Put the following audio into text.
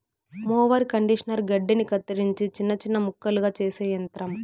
mower conditioner గడ్డిని కత్తిరించి చిన్న చిన్న ముక్కలుగా చేసే యంత్రం